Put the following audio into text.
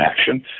action